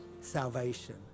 salvation